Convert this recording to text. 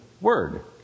Word